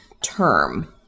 term